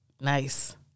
Nice